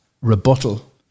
rebuttal